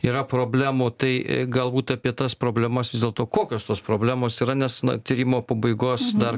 yra problemų tai galbūt apie tas problemas vis dėlto kokios tos problemos yra nes na tyrimo pabaigos dar